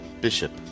Bishop